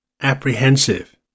apprehensive